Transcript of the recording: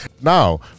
Now